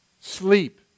sleep